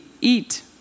Eat